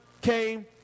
came